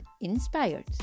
inspired